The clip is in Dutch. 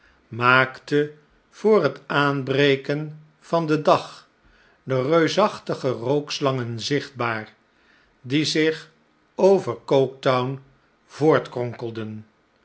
maakte voor het aanbreken van den dag de reusachtige rookslangen zichtbaar die zich over coketown